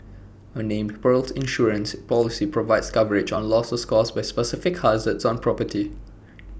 A named Perils Insurance Policy provides coverage on losses caused by specific hazards on property